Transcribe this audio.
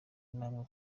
namwe